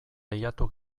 lehiatu